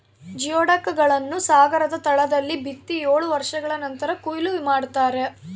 geoduck ಗಳನ್ನು ಸಾಗರದ ತಳದಲ್ಲಿ ಬಿತ್ತಿ ಏಳು ವರ್ಷಗಳ ನಂತರ ಕೂಯ್ಲು ಮಾಡ್ತಾರ